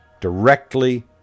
Directly